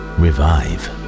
revive